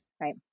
right